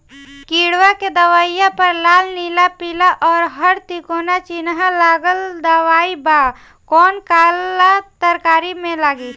किड़वा के दवाईया प लाल नीला पीला और हर तिकोना चिनहा लगल दवाई बा कौन काला तरकारी मैं डाली?